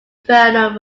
infernal